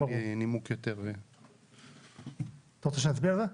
אתה רוצה שנצביע על זה?